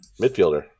midfielder